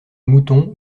mouton